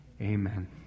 amen